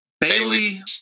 Bailey